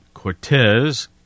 Cortez